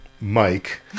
Mike